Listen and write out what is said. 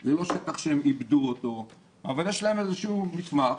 זה לא שטח שהם עיבדו אותו אבל יש להם איזשהו מסמך,